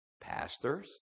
pastors